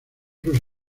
sus